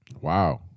Wow